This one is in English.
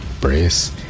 brace